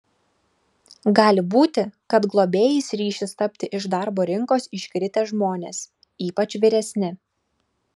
gali būti kad globėjais ryšis tapti iš darbo rinkos iškritę žmonės ypač vyresni